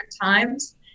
times